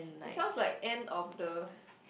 it sounds like end of the